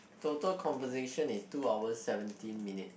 total conversation is two hours seventeen minutes